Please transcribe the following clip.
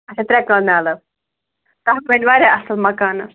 اچھا ترےٚ کَنالہٕ حظ تَتھ بَنہِ واریاہ اصٕل مَکانہٕ